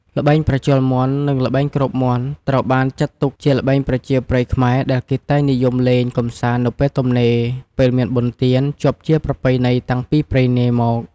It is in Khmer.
ល្បែងប្រជល់មាន់ និងល្បែងគ្របមាន់ ត្រូវបានចាត់ទុកជាល្បែងប្រជាប្រិយខ្មែរ ដែលគេតែងនិយមលេងកម្សាន្តនៅពេលទំនេរ ពេលមានបុណ្យទាន ជាប់ជាប្រពៃណីតាំងពីព្រេងនាយមក ។